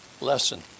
lesson